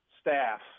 staff